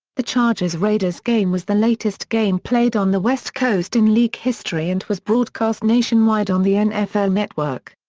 the chargers-raiders game was the latest game played on the west coast in league history and was broadcast nationwide on the nfl network.